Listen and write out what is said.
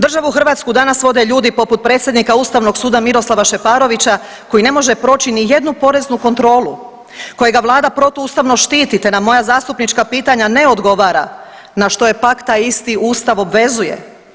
Državu Hrvatsku danas vode ljudi poput predsjednika Ustavnog suda Miroslava Šeparovića koji ne može proći ni jednu poreznu kontrolu, kojega vlada protuustavno štiti te na moja zastupnička pitanja ne odgovara na što je pak taj isti Ustav obvezuje.